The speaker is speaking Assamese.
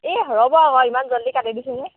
এই হ'ব বাৰু ইমান জল্দি কাটি দিছে যে